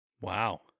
Wow